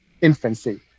infancy